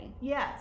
Yes